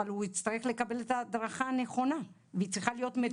אבל הוא יצטרך לקבל את ההדרכה הנכונה והיא צריכה להיות מתועדת.